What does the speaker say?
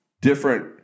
different